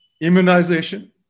immunization